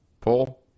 Pull